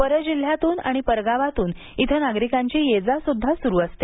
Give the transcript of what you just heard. परजिल्ह्यातून किंवा परगावातून इथं नागरिकांची ये जा सुद्धा सुरु असते